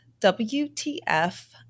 WTF